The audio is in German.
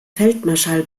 feldmarschall